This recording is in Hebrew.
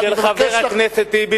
של חבר הכנסת טיבי,